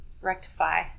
rectify